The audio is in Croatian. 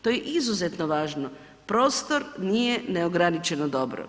To je izuzetno važno, prostor nije neograničeno dobro.